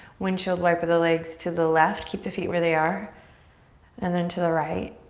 windshield wiper the legs to the left, keep the feet where they are and then to the right.